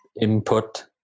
input